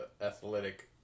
athletic